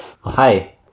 hi